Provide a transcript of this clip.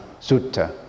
Sutta